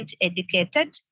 educated